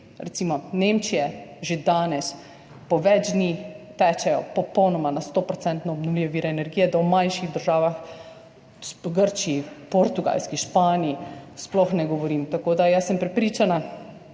recimo Nemčije že danes po več dni tečejo popolnoma na 100-procentno obnovljive vire energije, da v manjših državah, Grčiji, Portugalski, Španiji, sploh ne govorim. Tako da jaz sem prepričana.